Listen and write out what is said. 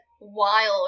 wild